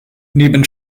neben